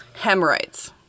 Hemorrhoids